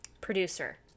producer